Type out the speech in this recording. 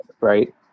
Right